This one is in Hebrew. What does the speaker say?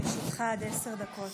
לרשותך עד עשר דקות.